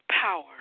power